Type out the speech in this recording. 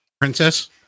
Princess